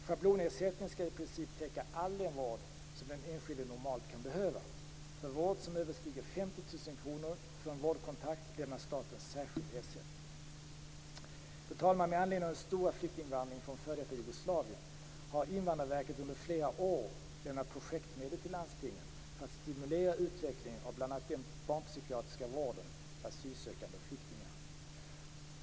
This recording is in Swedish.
Schablonersättningen skall i princip täcka all den vård som den enskilde normalt kan behöva. För vård som överstiger 50 000 kr för en vårdkontakt lämnar staten särskild ersättning. Fru talman! Med anledning av den stora flyktinginvandringen från f.d. Jugoslavien har Statens invandrarverk under flera år lämnat projektmedel till landstingen för att stimulera utvecklingen av bl.a. den barnpsykiatriska vården för asylsökande och flyktingar.